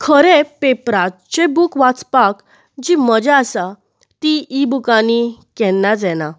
खरें पेपराचे बूक वाचपाक जी मजा आसा ती इ बुकांनी केन्नाच येना